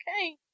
okay